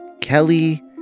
Kelly